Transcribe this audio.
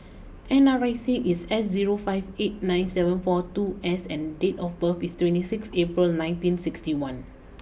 N R I C is S zero five eight nine seven four two S and date of birth is twenty six April nineteen sixty one